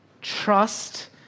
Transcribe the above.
trust